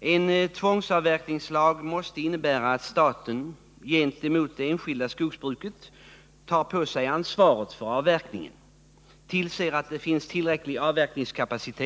En tvångsavverkningslag måste innebära att staten gentemot det enskilda skogsbruket tar på sig ansvaret för avverkningen och tillser att det finns tillräcklig avverkningskapacitet.